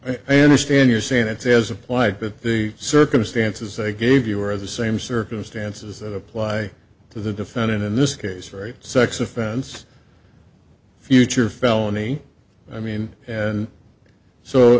is i understand your saying that says apply but the circumstances they give you are the same circumstances that apply to the defendant in this case very sex offense future felony i mean and so